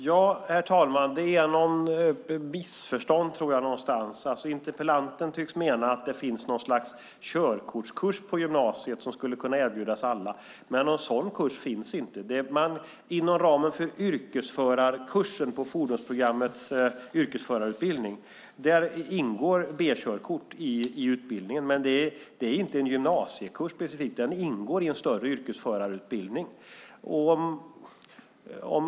Herr talman! Det råder nog något missförstånd någonstans. Interpellanten tycks mena att det finns något slags körkortskurs på gymnasiet som skulle kunna erbjudas alla. Men någon sådan kurs finns inte. Inom ramen för yrkesförarkursen på fordonsprogrammets yrkesförarutbildning ingår B-körkort i utbildningen. Men det är inte specifikt en gymnasiekurs, utan ingår alltså i en större yrkesförarutbildning.